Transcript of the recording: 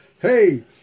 hey